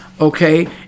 Okay